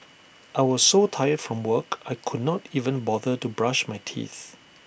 I was so tired from work I could not even bother to brush my teeth